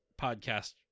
podcast